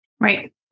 Right